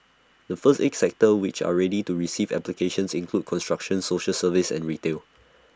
the first eight sectors which are ready to receive applications include construction social services and retail